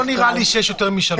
לא נראה לי שיש יותר משלוש.